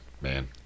man